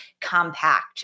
compact